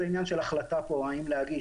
זה עניין של החלטה פה האם להגיש,